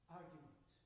argument